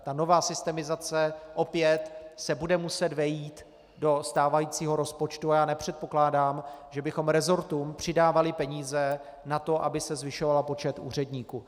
Ta nová systemizace se opět bude muset vejít do stávajícího rozpočtu a já nepředpokládám, že bychom resortům přidávali peníze na to, aby se zvyšoval počet úředníků.